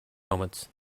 moments